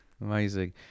Amazing